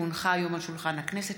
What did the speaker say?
כי הונחה היום על שולחן הכנסת,